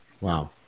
Wow